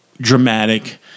dramatic